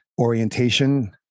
orientation